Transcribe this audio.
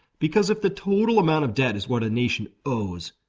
because if the total amount of debt is what a nation owes,